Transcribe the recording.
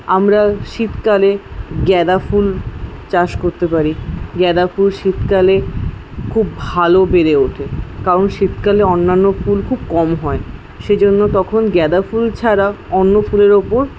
আমরা শীতকালে গেঁদা ফুল চাষ করতে পারি গেঁদা ফুল শীতকালে খুব ভালো বেড়ে ওঠে কারণ শীতকালে অন্যান্য ফুল খুব কম হয় সেইজন্য তখন গেঁদা ফুল ছাড়া অন্য ফুলের ওপর